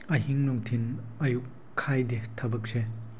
ꯑꯍꯤꯡ ꯅꯨꯡꯊꯤꯜ ꯑꯌꯨꯛ ꯈꯥꯏꯗꯦ ꯊꯕꯛꯁꯦ